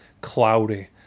cloudy